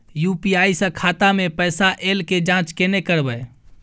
UPI स खाता मे पैसा ऐल के जाँच केने करबै?